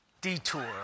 detour